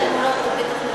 טכנולוגיים.